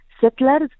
Settlers